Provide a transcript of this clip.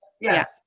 yes